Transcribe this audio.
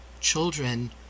children